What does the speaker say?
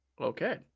Okay